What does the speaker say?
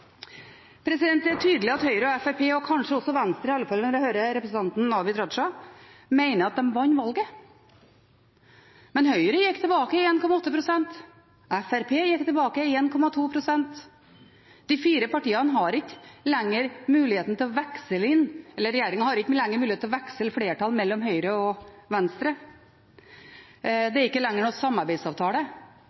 Det er tydelig at Høyre og Fremskrittspartiet – og kanskje også Venstre, når en hører representanten Abid Q. Raja – mener at de vant valget. Men Høyre gikk tilbake 1,8 pst., og Fremskrittspartiet gikk tilbake 1,2 pst. Regjeringen har ikke lenger muligheten til å veksle flertall mellom Kristelig Folkeparti og Venstre. Det er ikke lenger noen samarbeidsavtale. Nå er det faktisk en reell mindretallsregjering statsministeren må forholde seg til. Jeg tror det